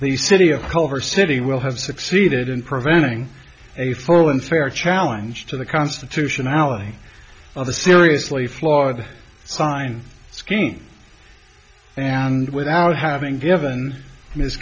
the city of culver city will have succeeded in preventing a full and fair challenge to the constitutionality of the seriously flawed sine scheme and without having given